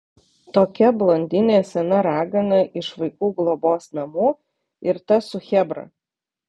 tokia blondinė sena ragana iš vaikų globos namų ir tas su chebra